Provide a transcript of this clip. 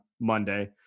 Monday